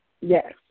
Yes